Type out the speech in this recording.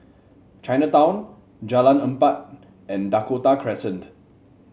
Chinatown Jalan Empat and Dakota Crescent